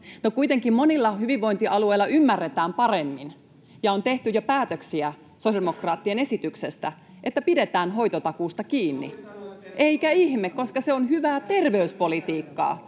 kuitenkin monilla hyvinvointialueilla ymmärretään paremmin ja on tehty jo päätöksiä sosiaalidemokraattien esityksestä, että pidetään hoitotakuusta kiinni, [Ben Zyskowiczin välihuuto] eikä ihme, koska se on hyvää terveyspolitiikkaa.